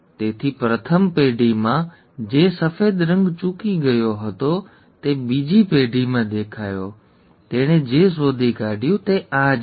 તેથી પ્રથમ પેઢીમાં જે સફેદ રંગ ચૂકી ગયો હતો તે બીજી પેઢીમાં દેખાયો તેણે જે શોધી કાઢ્યું તે આ જ છે